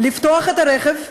לפתוח את הרכב,